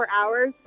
hours